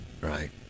Right